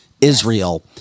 israel